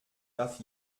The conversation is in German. darf